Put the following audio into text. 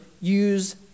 use